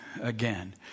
again